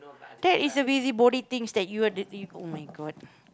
that is the busybody things that you are d~ oh-my-god